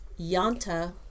Yanta